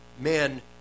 men